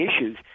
issues